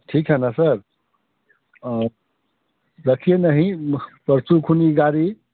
ठीक है ना सर रखिए नहीं पर्सो खुली गाड़ी